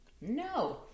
no